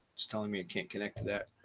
it's telling me it can't connect to that.